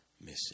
missing